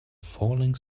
falling